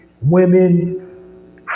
women